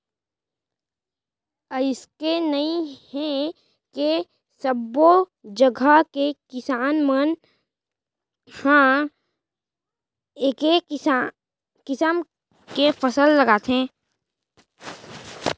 अइसे नइ हे के सब्बो जघा के किसान मन ह एके किसम के फसल लगाथे